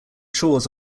chores